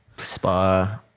Spa